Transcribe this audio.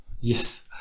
Yes